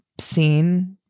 seen